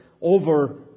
over